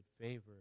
favor